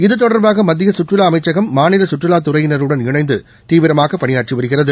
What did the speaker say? இது தொடர்பாக மத்திய சுற்றுலா அமைச்சகம் மாநில சுற்றுலாத் துறையினருடன் இணைந்து தீவிரமாக பணியாற்றி வருகிறது